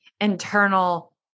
internal